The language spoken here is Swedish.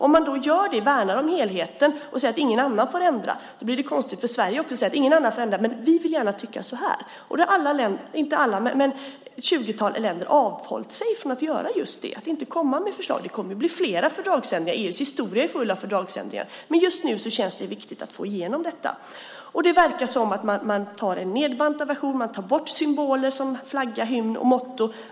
Om man värnar om helheten och säger att ingen annan får ändra blir det konstigt om Sverige säger att ingen annan får ändra, men vi vill gärna tycka något. Ett 20-tal länder har avhållit sig från att komma med förslag. Det kommer att bli fler fördragsändringar. EU:s historia är full av fördragsändringar. Men just nu känns det viktigt att få igenom detta. Och det verkar som om man tar en nedbantad version. Man tar bort symboler som flagga, hymn och motto.